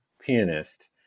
pianist